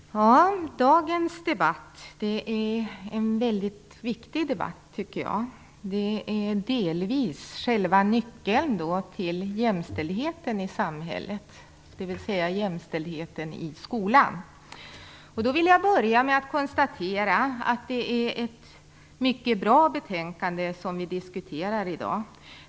Herr talman! Dagens debatt är en mycket viktig debatt, tycker jag. Den berör delvis själva nyckeln till jämställdhet i samhället, dvs. jämställdheten i skolan. Jag vill börja med att konstatera att det är ett mycket bra betänkande som vi diskuterar i dag.